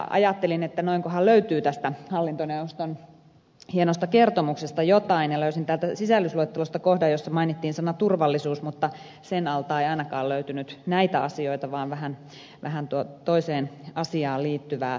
ajattelin että noinkohan löytyy tästä hallintoneuvoston hienosta kertomuksesta jotain ja löysin täältä sisällysluettelosta kohdan jossa mainittiin sana turvallisuus mutta sen alta ei ainakaan löytynyt näitä asioita vaan vähän toiseen asiaan liittyvää tietoa